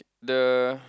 the